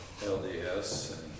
LDS